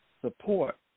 support